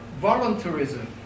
voluntarism